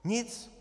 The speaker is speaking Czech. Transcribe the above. Nic!